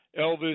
Elvis